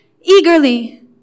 eagerly